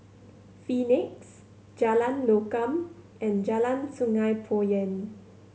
Phoenix Jalan Lokam and Jalan Sungei Poyan